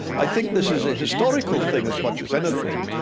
i think this is a historical thing, as much as anything.